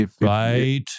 Right